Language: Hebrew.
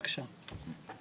בבקשה.